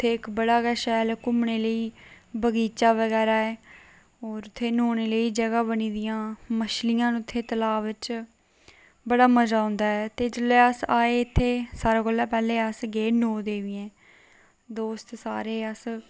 उत्थै इक बड़ा गै शैल घूमने लेई बगीचा बगैरा ऐ और उत्थै न्होनै लेई जगह् बनी दियां मछलियां न उत्थै तलाऽ बिच बड़ा मजा औंदा ऐ जेल्लै अस आए ते सारें कोला पैह्लें अस गे नौ देवियें दोस्त सारे अस